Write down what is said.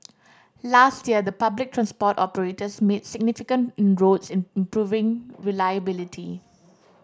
last year the public transport operators made significant inroads in improving reliability